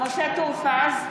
משה טור פז,